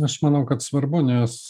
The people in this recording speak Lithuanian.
aš manau kad svarbu nes